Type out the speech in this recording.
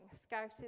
scouting